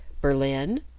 Berlin